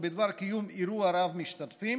או בדבר קיום אירוע רב-משתתפים,